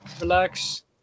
relax